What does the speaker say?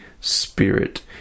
Spirit